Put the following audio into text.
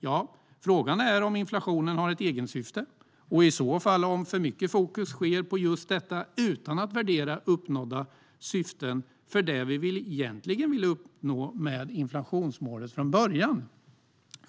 Ja, frågan är om inflationen har ett egensyfte och i så fall om för mycket fokus läggs på detta utan att man värderar uppnådda syften för det vi egentligen vill uppnå med inflationsmålet från början.